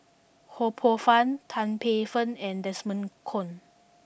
Ho Poh Fun Tan Paey Fern and Desmond Kon